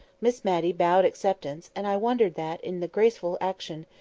miss matty bowed acceptance and i wondered that, in the graceful action,